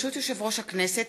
-ראש הכנסת,